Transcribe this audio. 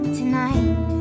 tonight